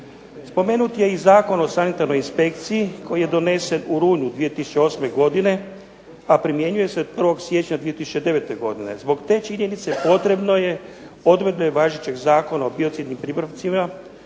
Spomenut je i Zakon o sanitarnoj inspekciji koji je donesen u rujnu 2008. godine, a primjenjuje se od 01. siječnja 2009. godine. Zbog te činjenice potrebno je odredbe važećeg Zakona o biocidnim pripravcima